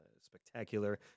spectacular